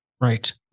right